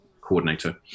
coordinator